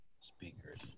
speakers